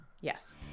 yes